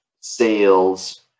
sales